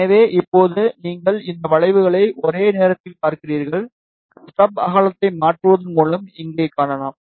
எனவே இப்போது நீங்கள் இந்த வளைவுகளை ஒரே நேரத்தில் பார்க்கிறீர்கள் ஸ்டப் அகலத்தை மாற்றுவதன் மூலம் இங்கே காணலாம்